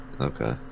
Okay